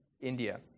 India